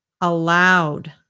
allowed